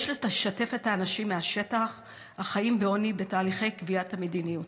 יש לשתף את האנשים מהשטח החיים בעוני בתהליכי קביעת המדיניות.